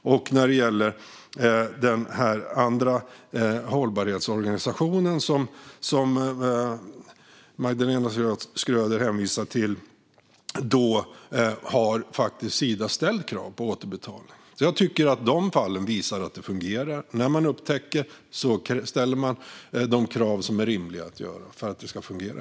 När det gäller den andra hållbarhetsorganisationen som Magdalena Schröder hänvisar till har Sida faktiskt ställt krav på återbetalning. Jag tycker att dessa fall visar att det fungerar. När man upptäcker något ställer man rimliga krav för att det ska fungera.